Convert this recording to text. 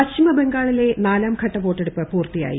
പശ്ചിമ ബംഗാളിലെ നൃശ്ലാംഘട്ട വോട്ടെടുപ്പ് പൂർത്തിയായി